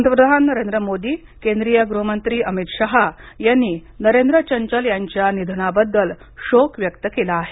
पंतप्रधान नरेंद्र मोदी केंद्रीय गृहमंत्री अमित शाह यांनी नरेंद्र चंचल यांच्या निधनाबद्दल शोक व्यक्त केला आहे